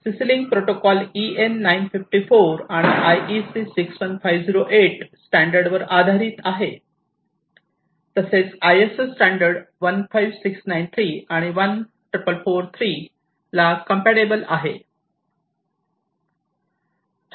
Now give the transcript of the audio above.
CC link protocol EN954 आणि IEC 61508 standard वर आधारित आहे तसेच ISO स्टॅंडर्ड 15693 आणि 14443 ला कंपॅटिबल आहे